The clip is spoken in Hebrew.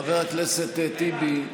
חבר הכנסת טיבי,